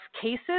cases